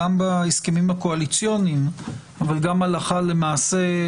גם בהסכמים הקואליציוניים אבל גם הלכה למעשה,